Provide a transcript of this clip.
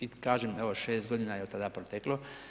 I kažem, evo 6 g. je od tada proteklo.